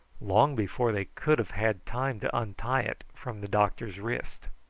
long before they could have had time to untie it from the doctor's wrist.